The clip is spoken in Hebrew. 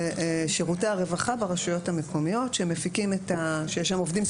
זה שירותי הרווחה ברשויות המקומיות שיש בהן עובדים סוציאליים לפי חוק.